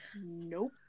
Nope